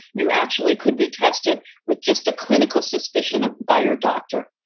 you actually could be tested with just a clinical suspicion by your doctor.